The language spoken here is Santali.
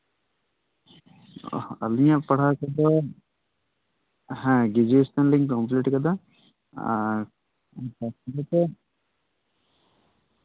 ᱟᱞᱤᱧᱟᱜ ᱯᱟᱲᱦᱟᱣ ᱠᱚᱫᱚ ᱦᱮᱸ ᱜᱨᱮᱡᱩᱭᱮᱥᱮᱱᱞᱤᱧ ᱠᱚᱢᱯᱞᱤᱴ ᱠᱟᱫᱟ ᱟᱨ ᱥᱟᱨᱴᱤᱯᱷᱤᱠᱮᱴ